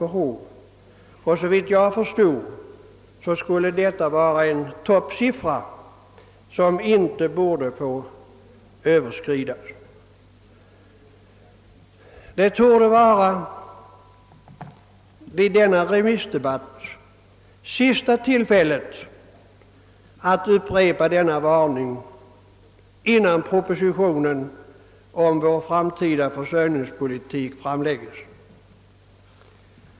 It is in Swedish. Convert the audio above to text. Såvitt jag förstått skulle detta vara en toppsiffra, som inte borde få överskridas. Denna remissdebatt torde vara det sista tillfälle vi har att upprepa denna varning, innan propositionen om vår framtida försörjningspolitik framläggs.